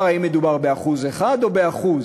האם מדובר באחוז אחד או באחוז?